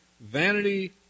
Vanity